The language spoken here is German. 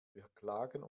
verklagen